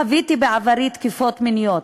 חוויתי בעברי תקיפות מיניות.